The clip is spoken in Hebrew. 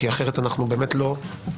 כי אחרת אנחנו באמת לא נתקדם.